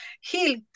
heal